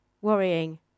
worrying